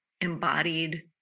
embodied